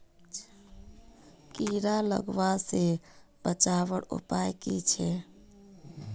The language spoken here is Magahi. कीड़ा लगवा से बचवार उपाय की छे?